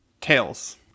Tails